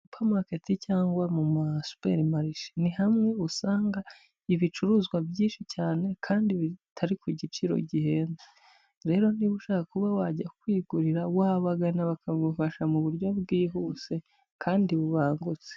Supamaketi cyangwa mu masuperi marishe ni hamwe usanga ibicuruzwa byinshi cyane kandi bitari ku giciro gihenze, rero niba ushaka kuba wajya kwigurira wagana bakagufasha mu buryo bwihuse kandi bubangutse.